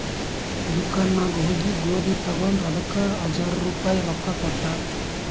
ದುಕಾನ್ ನಾಗ್ ಹೋಗಿ ಗೋದಿ ತಗೊಂಡ ಅದಕ್ ಹಜಾರ್ ರುಪಾಯಿ ರೊಕ್ಕಾ ಕೊಟ್ಟ